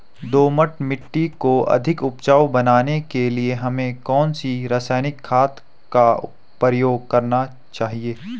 दोमट मिट्टी को अधिक उपजाऊ बनाने के लिए हमें कौन सी रासायनिक खाद का प्रयोग करना चाहिए?